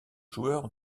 joueur